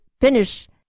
finish